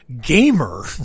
gamer